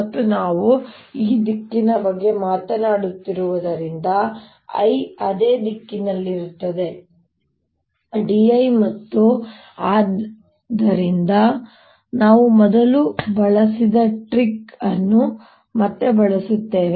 ಮತ್ತು ನಾವು ಈ ದಿಕ್ಕಿನ ಬಗ್ಗೆ ಮಾತನಾಡುತ್ತಿರುವುದರಿಂದ I ಅದೇ ದಿಕ್ಕಿನಲ್ಲಿರುತ್ತದೆ d l ಮತ್ತು ಆದ್ದರಿಂದ ನಾವು ಮೊದಲು ಬಳಸಿದ ಟ್ರಿಕ್ ಅನ್ನು ಮತ್ತೆ ಬಳಸುತ್ತೇವೆ